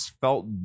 felt